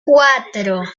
cuatro